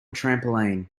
trampoline